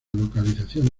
localización